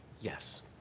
Yes